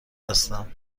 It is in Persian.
هستم